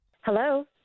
Hello